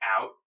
out